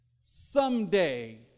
someday